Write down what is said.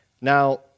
Now